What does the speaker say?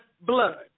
blood